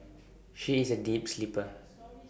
she is A deep sleeper